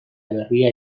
berria